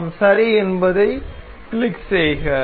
நாம் சரி என்பதைக் கிளிக் செய்க